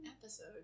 Episode